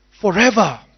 forever